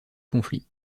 conflit